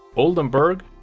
oldenburg,